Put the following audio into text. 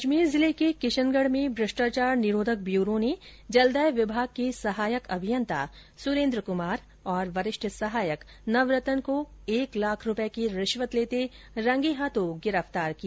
अजमेर जिले के किशनगढ में भ्रष्टाचार निरोधक ब्यूरो ने जलदाय विभाग के सहायक अभियंता सुरेन्द्र कुमार और वरिष्ठ सहायक नवरतन को एक लाख रूपए की रिश्वत लेते रंगे हाथों गिरफतार किया